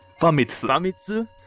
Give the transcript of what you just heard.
famitsu